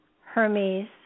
Hermes